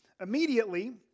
immediately